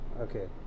Okay